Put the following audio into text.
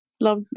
Love